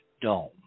dome